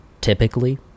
typically